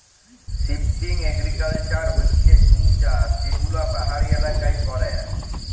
shifting agriculture হচ্যে জুম চাষ যে গুলা পাহাড়ি এলাকায় ক্যরে